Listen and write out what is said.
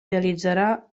realitzarà